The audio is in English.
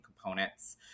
components